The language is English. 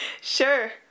Sure